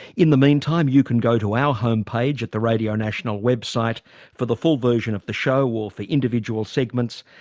in the meantime, you can go to our homepage at the radio national website for the full version of the show or for individual segments,